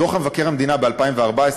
דוח מבקר המדינה ב-2014,